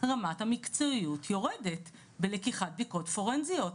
רמת המקצועיות יורדת בלקיחת בדיקות פורנזיות.